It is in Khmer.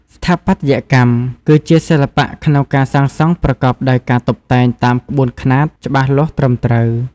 ស្ថាបត្យកម្ម គឺជាសិល្បៈក្នុងការសាងសង់ប្រកបដោយការតុបតែងតាមក្បួនខ្នាត ច្បាស់លាស់ត្រឹមត្រូវ។